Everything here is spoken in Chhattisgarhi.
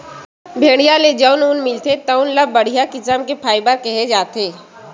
भेड़िया ले जउन ऊन मिलथे तउन ल बड़िहा किसम के फाइबर केहे जाथे